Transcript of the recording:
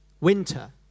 Winter